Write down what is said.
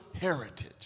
heritage